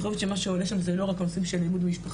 יכול להיות שמה שעולה שם זה לא רק הנושאים של אלימות במשפחה,